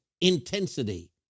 intensity